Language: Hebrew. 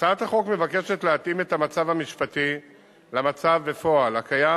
הצעת החוק מבקשת להתאים את המצב המשפטי למצב בפועל הקיים